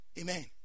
Amen